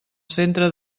centre